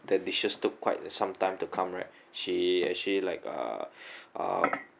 the dishes took quite some time to come right she actually like uh uh